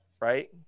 right